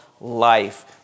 life